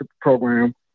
program